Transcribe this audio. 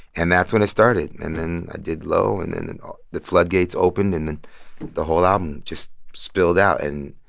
and that's when it started. and then i did low, and then then the floodgates opened. and then the whole album just spilled out. and